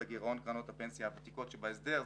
לגירעון קרנות הפנסיה הוותיקות שבהסדר.